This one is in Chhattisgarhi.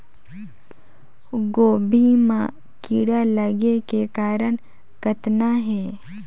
गोभी म कीड़ा लगे के कारण कतना हे?